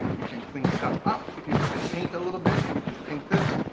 you can clean stuff up. if you have to paint a little bit, you can just paint this.